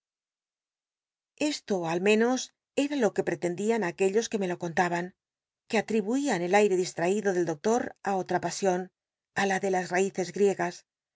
esto al menos era lo que pretendían acruellos que me lo cont aban que akibuian el airo dislmido del doclor á olra pasion ü la de las mices griegas